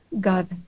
God